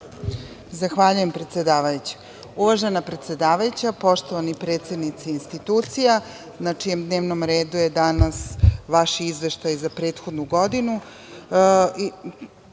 Zahvaljujem predsedavajuća. Uvažena predsedavajuća, poštovani predsednici institucija na čijem dnevnom redu je danas vaš izveštaj za prethodnu godinu,